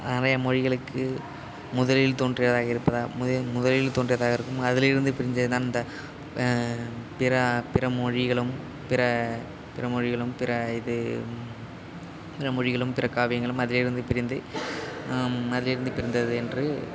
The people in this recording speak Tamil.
நிறைய மொழிகளுக்கு முதலில் தோன்றியதாக இருப்பதால் முதலில் முதலில் தோன்றியதாக இருக்கும் அதிலேருந்து பிரிஞ்சது தான் இந்த பிற பிற மொழிகளும் பிற பிற மொழிகளும் பிற இது பிற மொழிகளும் பிற காவியங்களும் அதிலேருந்து பிரிந்து அதிலேருந்து பிரிந்தது என்று